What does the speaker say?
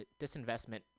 disinvestment